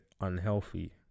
unhealthy